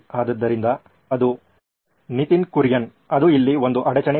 ಆದ್ದರಿಂದ ಅದು ನಿತಿನ್ ಕುರಿಯನ್ ಅದು ಇಲ್ಲಿ ಒಂದು ಅಡಚಣೆಯಿದೆ